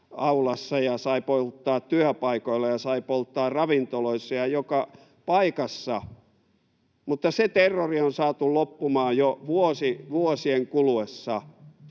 ja sai polttaa työpaikoilla ja sai polttaa ravintoloissa ja joka paikassa, mutta se terrori on saatu loppumaan jo vuosien kuluessa.